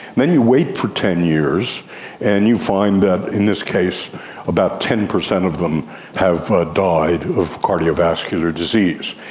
then you wait for ten years and you find that in this case about ten percent of them have ah died of cardiovascular disease.